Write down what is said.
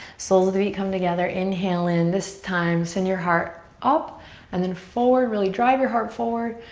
soles of the feet come together. inhale in. this time send your heart up and then forward. really drive your heart forward.